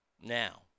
Now